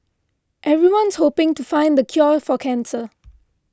everyone's hoping to find the cure for cancer